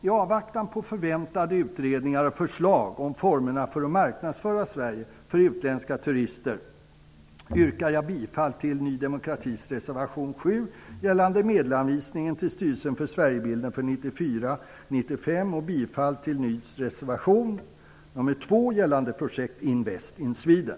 I avvaktan på förväntade utredningar och förslag om formerna för att marknadsföra Sverige för utländska turister yrkar jag bifall till Ny demokratis reservation 7, gällande medelsanvisningen till Styrelsen för Sverigebilden för 1994/95, och bifall till Ny demokratis reservation 2, gällande projektet Invest in Sweden.